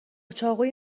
چاقوی